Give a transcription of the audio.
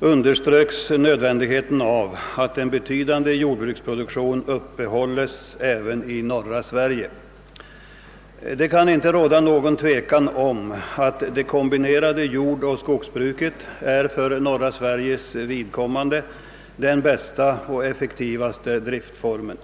underströks nödvändigheten av att en betydande jordbruksproduktion uppehålles även i norra Sverige. Det kan inte råda något tvivel om att det kombinerade jordoch skogsbruket för norra Sveriges vidkommande är den bästa och effektivaste driftformen.